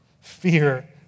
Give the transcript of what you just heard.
Fear